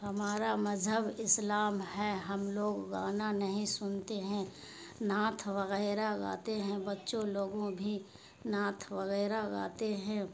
ہمارا مذہب اسلام ہے ہم لوگ گانا نہیں سنتے ہیں نعت وغیرہ گاتے ہیں بچوں لوگوں بھی نعت وغیرہ گاتے ہیں